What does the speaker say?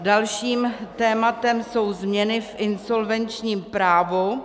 Dalším tématem jsou změny v insolvenčním právu.